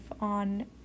on